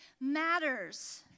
matters